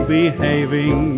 behaving